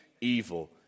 evil